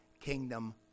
kingdom